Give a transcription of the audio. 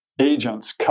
agents